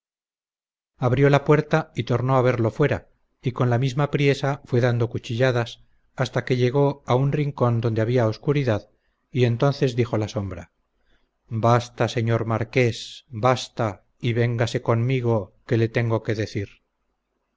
abrió la puerta y tornó a verlo fuera y con la misma priesa fue dando cuchilladas hasta que llegó a un rincón donde había oscuridad y entonces dijo la sombra basta señor marqués basta y véngase conmigo que le tengo que decir